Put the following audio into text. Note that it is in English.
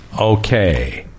Okay